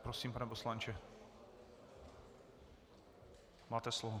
Prosím, pane poslanče, máte slovo.